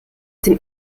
den